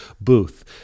booth